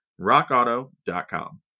rockauto.com